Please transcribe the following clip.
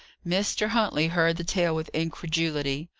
mr. huntley heard the tale with incredulity,